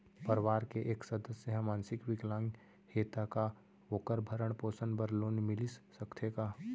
परवार के एक सदस्य हा मानसिक विकलांग हे त का वोकर भरण पोषण बर लोन मिलिस सकथे का?